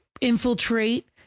infiltrate